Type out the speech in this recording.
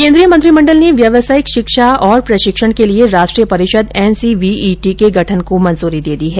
केन्द्रीय मंत्रिमंडल ने व्यावसायिक शिक्षा और प्रशिक्षण के लिए राष्ट्रीय परिषद् एनसीवीईटी के गठन को मंजूरी दे दी है